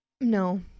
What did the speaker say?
No